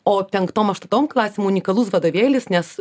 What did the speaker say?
o penktom aštuntom klasėm unikalus vadovėlis nes